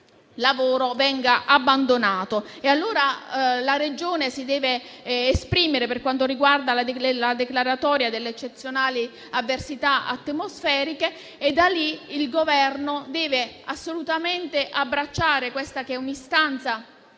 lavoro venga abbandonato. La Regione si deve esprimere per quanto riguarda la declaratoria delle eccezionali avversità atmosferiche e da lì il Governo deve assolutamente abbracciare questa istanza